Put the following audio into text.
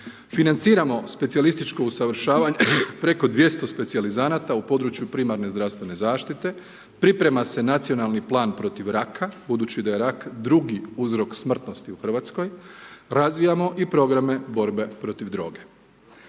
Financiramo specijalističko usavršavanje preko 200 specijalizanata u području primarne zdravstvene zaštite, priprema se nacionalni plan protiv raka, budući da je rak drugi uzrok smrtnosti u Hrvatskoj, razvijamo i programe borbe protiv droge.